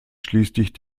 schließlich